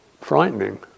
frightening